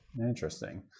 Interesting